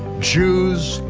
jews,